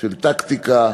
של טקטיקה